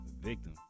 victim